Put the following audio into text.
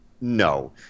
No